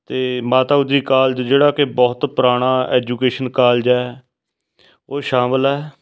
ਅਤੇ ਮਾਤਾ ਗੁਜਰੀ ਕਾਲਜ ਜਿਹੜਾ ਕਿ ਬਹੁਤ ਪੁਰਾਣਾ ਐਜੂਕੇਸ਼ਨ ਕਾਲਜ ਹੈ ਉਹ ਸ਼ਾਮਿਲ ਹੈ